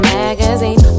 magazine